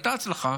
הייתה הצלחה.